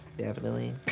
definitely.